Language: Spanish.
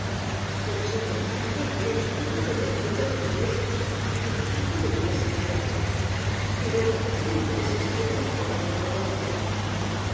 pensó contarle la insolente pretensión de don andrés para que don paco le tuviese á raya pero pronto desistió de tan cobarde propósito